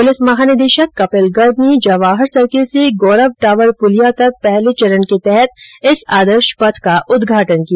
police महानिदेशक कपिल गर्ग ने Jawahar circle से गौरव टावर पुलिया तक पहले चरण के तहत इस आदर्श पथ का उदघाटन किया